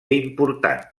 important